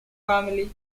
family